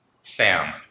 Sam